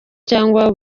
cyangwa